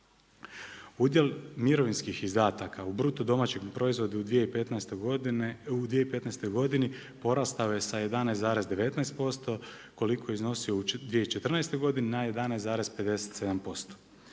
Udjel mirovinskih izdataka u bruto domaćem proizvodu u 2015. godini porastao je sa 11,19% koliko je iznosio i 2014. godini na 11,57%.